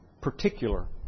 particular